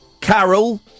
carol